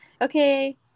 okay